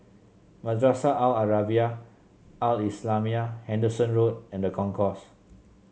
Madrasah Al Arabiah Al Islamiah Henderson Road and Concourse